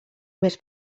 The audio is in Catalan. més